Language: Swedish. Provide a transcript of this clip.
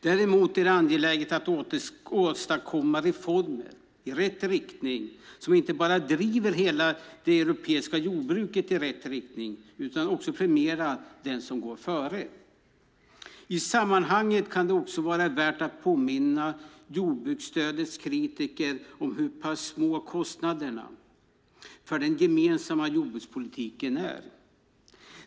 Däremot är det angeläget att åstadkomma reformer som inte bara driver hela det europeiska jordbruket i rätt riktning utan också premierar dem som går före. I sammanhanget kan det också vara värt att påminna jordbruksstödets kritiker om hur pass små kostnaderna för den gemensamma jordbrukspolitiken är.